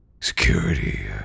Security